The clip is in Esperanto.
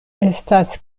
estas